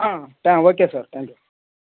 okay sir thank you